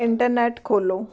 internet ਖੋਲ੍ਹੋ